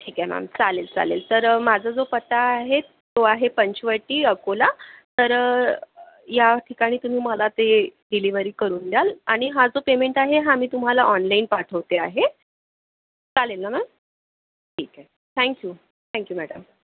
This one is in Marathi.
ठीकं आहे मॅम चालेल चालेल तर माझा जो पत्ता आहे तो आहे पंचवटी अकोला तर या ठिकाणी तुम्ही मला ते डिलेवरी करून द्याल आणि हा जो पेमेंट आहे हा मी तुम्हाला ऑनलाइन पाठवते आहे चालेल ना मॅम ठीक आहे थँक्यू थँक्यू मॅडम